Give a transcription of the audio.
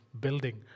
building